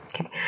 Okay